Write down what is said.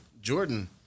Jordan